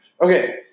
Okay